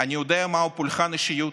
אני יודע מהו פולחן אישיות,